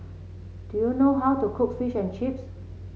do you know how to cook Fish and Chips